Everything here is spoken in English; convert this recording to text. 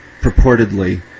purportedly